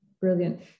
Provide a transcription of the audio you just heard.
Brilliant